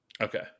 Okay